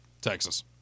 Texas